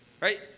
Right